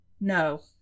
No